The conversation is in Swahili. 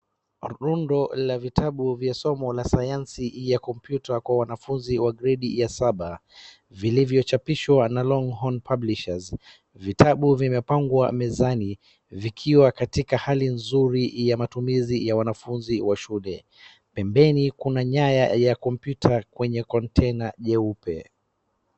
Rundo la vitabu vya somo ya sayansi ya kompyuta kwa wanafunzi wa gredi ya saba vilivyo chapishwa na Longhorn publisher. Vitabu vimepangwa mezani vikiwa katika hali nzuri ya matumizi ya wanafunzi wa shule. Pembeni kuna nyaya ya kompyuta kwenye container jeupe.